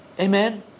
Amen